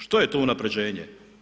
Što je to unapređenje?